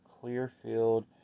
Clearfield